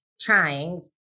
trying